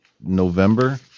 November